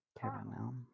Caramel